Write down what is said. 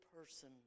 person